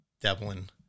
devlin